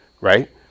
right